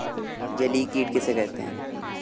जलीय कीट किसे कहते हैं?